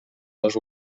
les